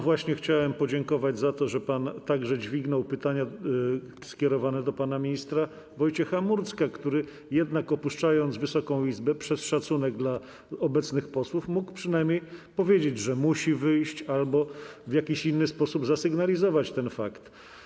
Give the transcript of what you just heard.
Właśnie chciałem panu podziękować za to, że pan dźwignął także pytania skierowane do pana ministra Wojciecha Murdzka, który opuszczając Wysoką Izbę, przez szacunek dla obecnych posłów mógł przynajmniej powiedzieć, że musi wyjść, albo w jakiś inny sposób zasygnalizować ten fakt.